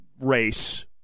race